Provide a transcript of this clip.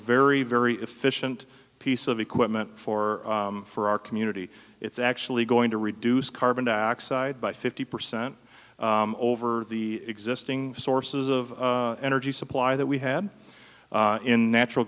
very very efficient piece of equipment for for our community it's actually going to reduce carbon dioxide by fifty percent over the existing sources of energy supply that we had in natural